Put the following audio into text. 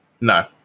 No